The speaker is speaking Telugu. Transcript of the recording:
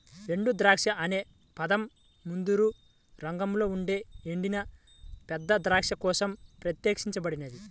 ఎండుద్రాక్ష అనే పదం ముదురు రంగులో ఉండే ఎండిన పెద్ద ద్రాక్ష కోసం ప్రత్యేకించబడింది